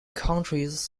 countries